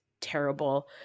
terrible